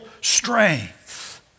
strength